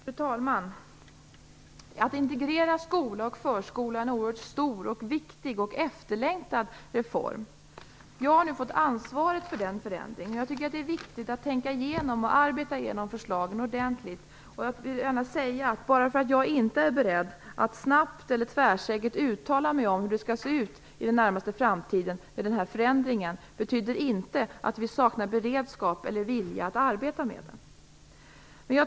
Herr talman! Att integrera skola och förskola är en oerhört stor, viktig och efterlängtad reform. Jag har nu fått ansvaret för den förändringen. Det är viktigt att tänka igenom och arbeta igenom förslagen ordentligt. Att jag inte är beredd att snabbt eller tvärsäkert uttala mig om hur det skall se ut i den närmaste framtiden med denna förändring betyder inte att vi saknar beredskap eller vilja att arbeta med den.